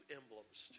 emblems